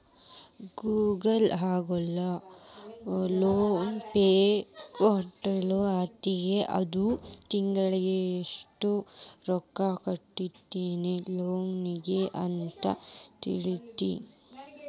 Google ನ್ಯಾಗ loan payment calculator ಅಂತೈತಿ ಅದು ತಿಂಗ್ಳಿಗೆ ಯೆಷ್ಟ್ ರೊಕ್ಕಾ ಕಟ್ಟಾಕ್ಕೇತಿ ಲೋನಿಗೆ ಅಂತ್ ತಿಳ್ಸ್ತೆತಿ